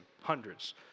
hundreds